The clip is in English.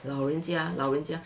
老人家老人家